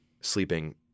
sleeping